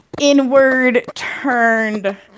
inward-turned